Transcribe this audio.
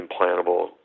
implantable